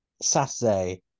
Saturday